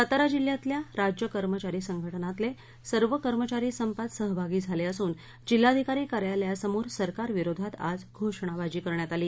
सातारा जिल्ह्यातल्या राज्य कर्मचारी संघटनातले सर्व कर्मचारी संपात सहभागी झाले असून जिल्हाधिकारी कार्यालयसमोर सरकार विरोधात आज घोषणा बाजी करण्यात आली